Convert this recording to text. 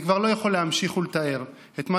אני כבר לא יכול להמשיך ולתאר את מה